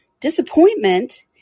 Disappointment